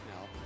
now